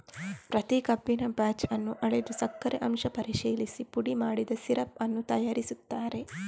ಪ್ರತಿ ಕಬ್ಬಿನ ಬ್ಯಾಚ್ ಅನ್ನು ಅಳೆದು ಸಕ್ಕರೆ ಅಂಶ ಪರಿಶೀಲಿಸಿ ಪುಡಿ ಮಾಡಿ ಸಿರಪ್ ಅನ್ನು ತಯಾರಿಸುತ್ತಾರೆ